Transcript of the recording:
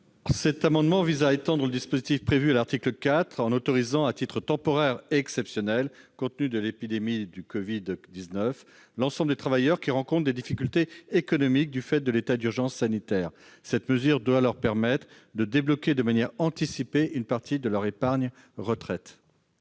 Cet amendement vise à étendre le champ du dispositif prévu à l'article 4 en autorisant, à titre temporaire et exceptionnel, compte tenu de l'épidémie de covid-19, l'ensemble des travailleurs qui rencontrent des difficultés économiques du fait de l'état d'urgence sanitaire à débloquer de manière anticipée une partie de leur épargne retraite.